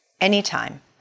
anytime